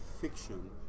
fiction